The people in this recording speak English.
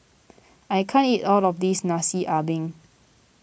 I can't eat all of this Nasi Ambeng